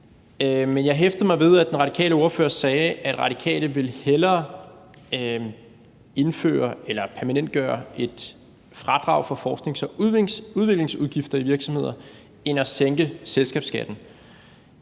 Men jeg hæfter mig ved, at den radikale ordfører sagde, at Radikale hellere vil permanentgøre et fradrag for forsknings- og udviklingsudgifter i virksomheder end at sænke selskabsskatten.